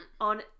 on